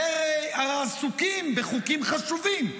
הרי אתם עסוקים בחוקים חשובים,